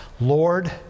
Lord